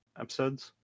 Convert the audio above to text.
episodes